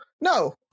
No